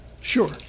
sure